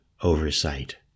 oversight